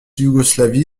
yougoslavie